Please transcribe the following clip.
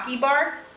bar